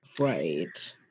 Right